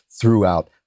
throughout